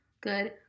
good